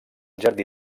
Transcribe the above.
jardí